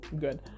good